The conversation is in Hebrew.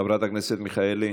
חברת הכנסת מיכאלי.